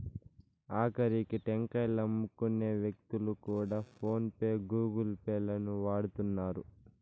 ఆకరికి టెంకాయలమ్ముకునే వ్యక్తులు కూడా ఫోన్ పే గూగుల్ పే లను వాడుతున్నారు